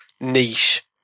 niche